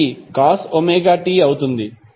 ఇది cos ωt అవుతుంది